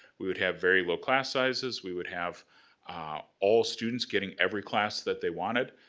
we would have very low class sizes, we would have all students getting every class that they wanted.